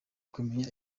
kumenya